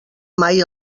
mai